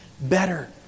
better